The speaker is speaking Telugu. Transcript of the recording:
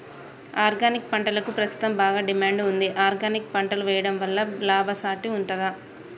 ఆర్గానిక్ పంటలకు ప్రస్తుతం బాగా డిమాండ్ ఉంది ఆర్గానిక్ పంటలు వేయడం వల్ల లాభసాటి ఉంటుందా?